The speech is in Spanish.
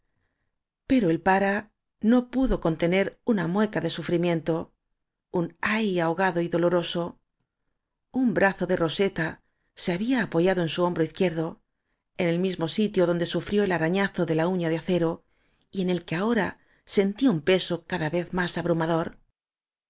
pero el pare no pudo contener una mueca de sufrimiento un ay ahogado y doloroso un brazo de roseta se había apoyado en su hom bro izquierdo en el mismo sitio donde sufrió el arañazo de la uña de acero y en el que ahora sentía un peso cada vez más abrumador